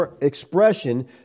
expression